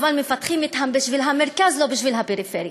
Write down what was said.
אבל מפתחים אותם בשביל המרכז, לא בשביל הפריפריה.